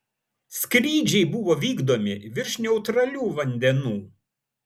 skrydžiai buvo vykdomi virš neutralių vandenų